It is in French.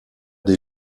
des